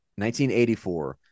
1984